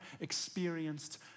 experienced